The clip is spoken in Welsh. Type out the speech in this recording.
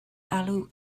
alw